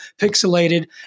pixelated